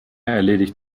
erledigt